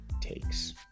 takes